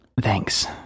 Thanks